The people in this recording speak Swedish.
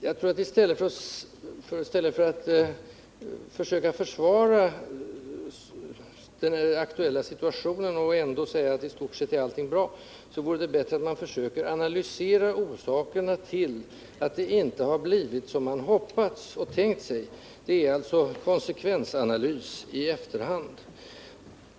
Jag tror att vi i stället för att försöka försvara den aktuella situationen genom att säga att allting i stort sett är bra borde analysera orsakerna till att det inte har blivit vad man hoppats och tänkt sig — alltså en konsekvensanalys i efterhand.